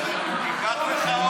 לך.